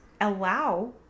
allow